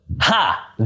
ha